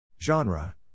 Genre